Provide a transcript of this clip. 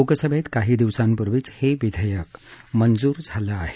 लोकसभेत काही दिवसांपूर्वीच हे विधेयक मंजूर झालं आहे